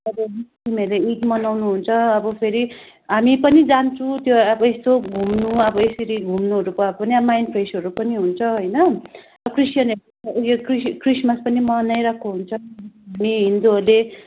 अब मुस्लिमहरूले ईद मनाउनु हुन्छ अब फेरि हामी पनि जान्छौँ त्यो अब यसो घुम्नु अब यसरी घुम्नुहरू भए पनि अब माइन्ड फ्रेसहरू पनि हुन्छ होइन क्रिसियनहरूले उयो क्रिस क्रिसमस पनि मनाइरहेको हुन्छ हामी हिन्दूहरूले